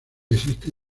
existe